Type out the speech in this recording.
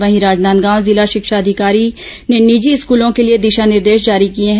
वहीं राजनादगाव जिला शिक्षा अधिकारी ने निजी स्कृलों के लिए दिशा निर्देश जारी किए हैं